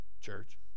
church